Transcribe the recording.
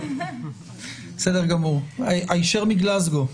--- היישר מגלזגו.